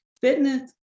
fitness